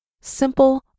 simple